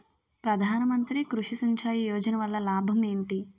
ప్రధాన మంత్రి కృషి సించాయి యోజన వల్ల లాభం ఏంటి?